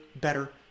better